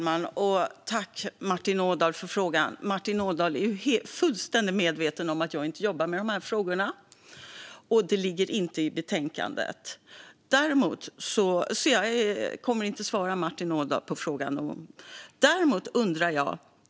Fru talman! Martin Ådahl är fullständigt medveten om att jag inte jobbar med de här frågorna. Det ligger inte heller i betänkandet. Därför kommer jag inte att svara på hans frågor.